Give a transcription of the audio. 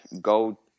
go